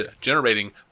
generating